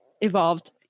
evolved